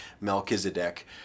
Melchizedek